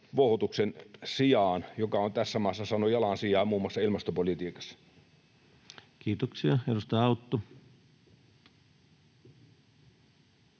vouhotuksen sijaan, joka on tässä maassa saanut jalansijaa muun muassa ilmastopolitiikassa. Kiitoksia. — Edustaja Autto.